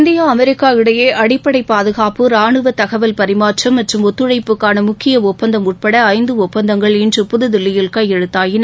India America இடையே அடிப்படை பாதுகாப்பு ரானுவ தகவல் பரிமாற்றம் மற்றும் ஒத்துழைப்புக்காள முக்கிய ஒப்பந்தம் உட்பட ஐந்து ஒப்பந்தங்கள் இன்று புதுதில்லியில் கையெழுத்தாயின